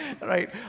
right